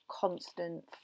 constant